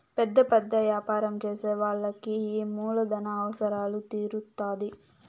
పెద్ద పెద్ద యాపారం చేసే వాళ్ళకి ఈ మూలధన అవసరాలు తీరుత్తాధి